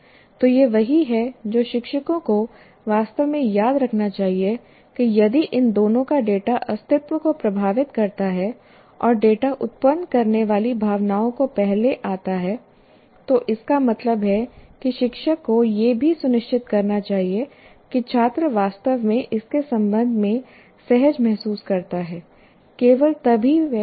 तो यह वही है जो शिक्षकों को वास्तव में याद रखना चाहिए कि यदि इन दोनों का डेटा अस्तित्व को प्रभावित करता है और डेटा उत्पन्न करने वाली भावनाओं को पहले आता है तो इसका मतलब है कि शिक्षक को यह भी सुनिश्चित करना चाहिए कि छात्र वास्तव में इसके संबंध में सहज महसूस करता है केवल तभी वह ठीक से सीख सकता है